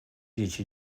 речь